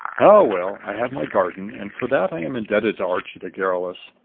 ah, well, i have my garden, and for that i am indebted to archie the garrulous.